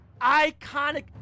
iconic